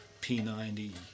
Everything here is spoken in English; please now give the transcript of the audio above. P90